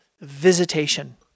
visitation